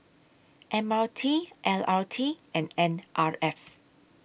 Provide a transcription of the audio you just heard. M R T L R T and N R F